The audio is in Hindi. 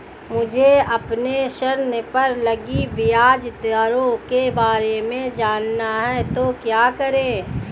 मुझे अपने ऋण पर लगी ब्याज दरों के बारे में जानना है तो क्या करें?